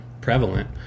prevalent